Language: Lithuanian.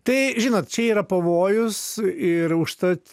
tai žinot čia yra pavojus ir užtat